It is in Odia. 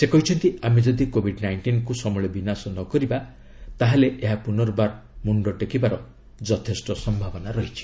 ସେ କହିଛନ୍ତି ଆମେ ଯଦି କୋବିଡ୍ ନାଇଷ୍ଟିନ୍କୁ ସମ୍ଭଳେ ବିନାଶ ନ କରିବା ତାହାହେଲେ ଏହା ପୁନର୍ବାର ମୁଣ୍ଡ ଟେକିବାର ସମ୍ଭାବନା ରହିଛି